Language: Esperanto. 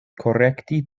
korekti